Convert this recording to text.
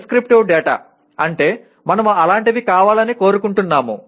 prescriptive data అంటే మనం అలాంటివి కావాలని కోరుకుంటున్నాము